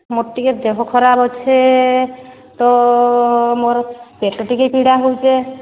ମୋର ଟିକିଏ ଦେହ ଖରାପ ଅଛେ ତ ମୋର ପେଟ ଟିକେ ପୀଡ଼ା ହଉଚେ